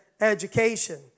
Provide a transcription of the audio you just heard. education